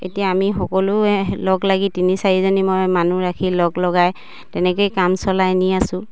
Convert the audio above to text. এতিয়া আমি সকলোৱে লগ লাগি তিনি চাৰিজনী মই মানুহ ৰাখি লগ লগাই তেনেকেই কাম চলাই নি আছোঁ